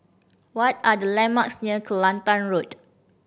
what are the landmarks near Kelantan Road